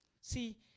See